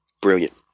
Brilliant